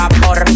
vapor